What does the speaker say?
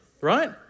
right